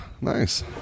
nice